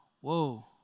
whoa